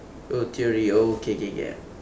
uh theory oh okay okay okay